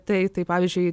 tai tai pavyzdžiui